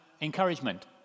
encouragement